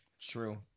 True